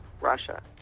Russia